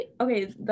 Okay